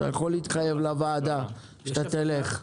אתה יכול להתחייב לוועדה שתלך.